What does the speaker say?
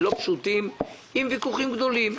ולא פשוטים עם ויכוחים גדולים.